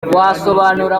wasobanura